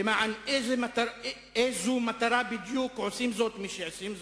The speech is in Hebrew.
למען איזו מטרה בדיוק עושים זאת אלה שעושים זאת?